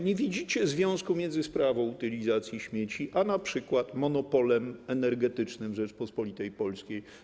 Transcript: Nie widzicie związku między sprawą utylizacji śmieci a np. monopolem energetycznym Rzeczypospolitej Polskiej.